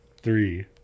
three